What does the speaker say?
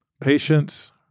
Patience